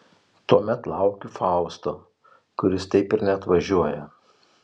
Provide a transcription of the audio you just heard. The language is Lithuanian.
tuomet laukiu fausto kuris taip ir neatvažiuoja